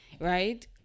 right